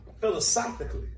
philosophically